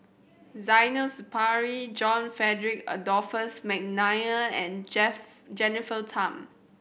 Zainal Sapari John Frederick Adolphus McNair and J Jennifer Tham